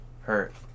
Hurt